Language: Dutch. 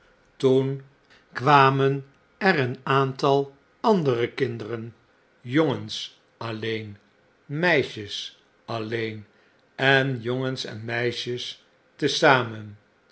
toen kwamen er een aantal andere kinderen jongens alleen meisjes alleen en jongens enmeisjeste zamen